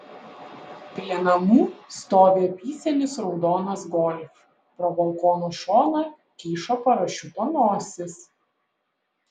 prie namų stovi apysenis raudonas golf pro balkono šoną kyšo parašiuto nosis